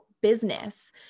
business